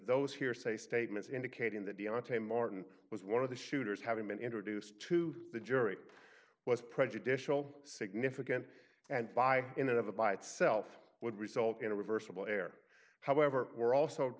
those hearsay statements indicating that the on time martin was one of the shooters having been introduced to the jury was prejudicial significant and buy in and of the by itself would result in a reversible error however we're also